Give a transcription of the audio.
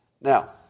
now